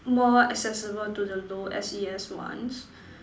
more accessible to the low S_E_S ones